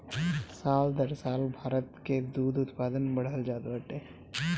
साल दर साल भारत कअ दूध उत्पादन बढ़ल जात बाटे